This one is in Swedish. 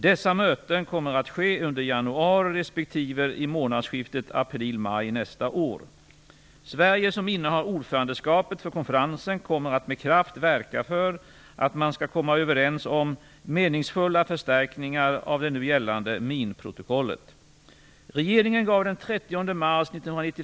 Dessa möten kommer att ske under januari respektive i månadsskiftet april-maj nästa år. Sverige, som innehar ordförandeskapet för konferensen, kommer att med kraft verka för att man skall komma överens om meningsfulla förstärkningar av det nu gällande minprotokollet.